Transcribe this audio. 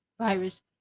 virus